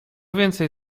więcej